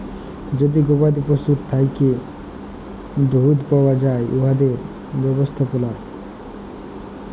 যে গবাদি পশুর থ্যাকে দুহুদ পাউয়া যায় উয়াদের ব্যবস্থাপলা